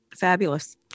fabulous